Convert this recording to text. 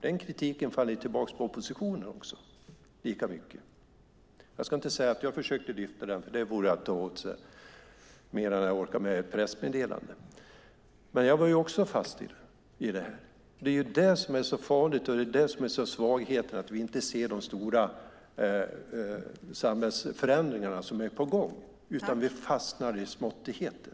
Den kritiken faller lika mycket tillbaka på oppositionen. Jag ska inte säga att jag försökte lyfta blicken. Det vore att ta åt sig mer än jag orkar med i ett pressmeddelande. Jag var också fast i det. Det är det som är så farligt. Det är där svagheten ligger. Vi ser inte de stora samhällsförändringar som är på gång, utan vi fastnar i småttigheter.